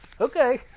okay